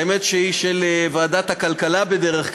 האמת שהיא של ועדת הכלכלה בדרך כלל,